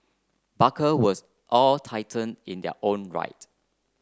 barker was all titan in their own right